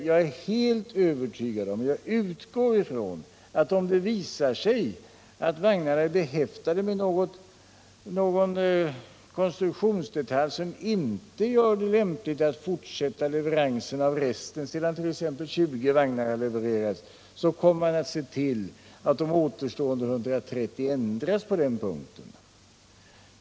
Jag är helt övertygad om och jag utgår från att om det visar sig att vagnarna är behäftade med någon konstruktionsdetalj som inte gör det lämpligt att fortsätta leveranserna sedan t.ex. 20 vagnar har levererats, kommer man att se till att de återstående 130 ändras på den punkten.